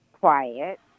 quiet